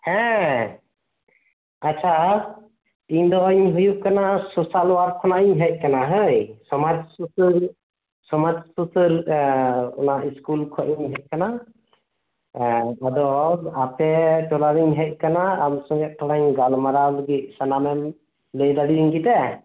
ᱦᱮᱸ ᱟᱪᱷᱟ ᱤᱧᱫᱩᱧ ᱦᱩᱭᱩᱜ ᱠᱟᱱᱟ ᱥᱳᱥᱟᱞ ᱳᱣᱟᱨᱠ ᱠᱷᱚᱱᱟᱜ ᱤᱧ ᱦᱮᱡ ᱟᱠᱟᱱᱟ ᱦᱳᱭ ᱥᱚᱢᱟᱡ ᱥᱩᱥᱟᱹᱨᱤᱭᱟᱹ ᱥᱚᱢᱟᱡ ᱥᱩᱥᱟᱹᱨᱚᱱᱟ ᱥᱠᱩᱞ ᱠᱷᱚᱱ ᱤᱧ ᱦᱮᱡ ᱟᱠᱟᱱᱟ ᱮᱫ ᱟᱫᱚ ᱟᱯᱮᱴᱚᱞᱟᱨᱮᱧ ᱦᱮᱡ ᱟᱠᱟᱱᱟ ᱟᱢ ᱥᱚᱸᱜᱮᱡ ᱛᱷᱚᱲᱟᱧ ᱜᱟᱞᱢᱟᱨᱟᱣ ᱞᱟᱹᱜᱤᱫ ᱥᱟᱱᱟᱢᱮᱢ ᱞᱟᱹᱭᱫᱟᱲᱮᱭᱟᱹᱧ ᱜᱮᱛᱮ